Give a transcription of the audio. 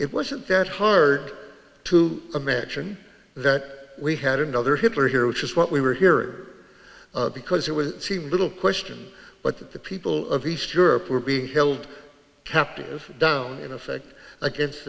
it wasn't that hard to imagine that we had another hitler here which is what we were here because it was little question but that the people of east europe were being held captive down in effect against